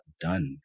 done